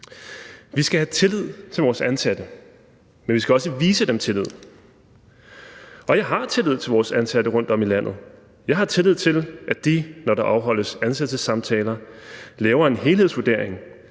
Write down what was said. Vi skal have tillid til vores ansatte. Men vi skal også vise dem tillid. Og jeg har tillid til vores ansatte rundtom i landet. Jeg har tillid til, at de, når der afholdes ansættelsessamtaler, laver en helhedsvurdering,